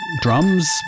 drums